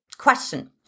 Question